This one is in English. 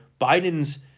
Biden's